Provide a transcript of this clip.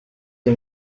iyi